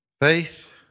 Faith